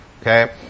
okay